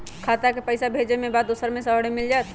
खाता के पईसा भेजेए के बा दुसर शहर में मिल जाए त?